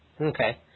Okay